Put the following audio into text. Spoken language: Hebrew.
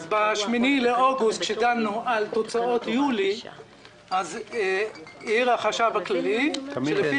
ב-8 באוגוסט כאשר דנו על תוצאות יולי העיר החשב הכללי: "לפי